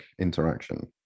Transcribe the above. interaction